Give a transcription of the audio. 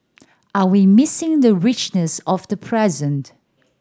are we missing the richness of the present